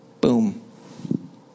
Boom